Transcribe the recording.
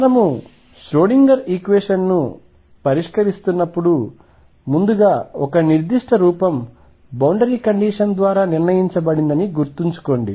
మనము Schrodinger equation ను పరిష్కరిస్తున్నప్పుడు ముందుగా ఒక నిర్దిష్ట రూపం బౌండరీ కండిషన్ ద్వారా నిర్ణయించబడిందని గుర్తుంచుకోండి